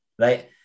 right